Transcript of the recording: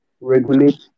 regulate